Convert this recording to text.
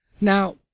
Now